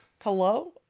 Hello